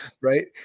right